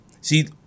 See